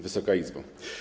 Wysoka Izbo!